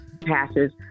passes